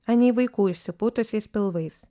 anei vaikų išsipūtusiais pilvais